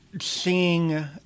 seeing